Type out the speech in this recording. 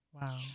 Wow